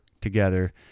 together